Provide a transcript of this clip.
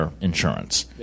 insurance